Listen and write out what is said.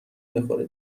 میخوره